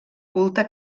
culte